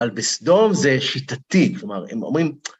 בסדום זה שיטתי, כלומר, הם אומרים...